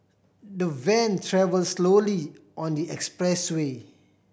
the van travel slowly on the expressway